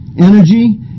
energy